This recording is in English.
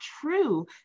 true